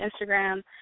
instagram